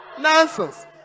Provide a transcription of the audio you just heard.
nonsense